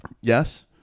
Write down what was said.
Yes